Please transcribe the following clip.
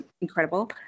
incredible